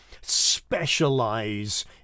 specialize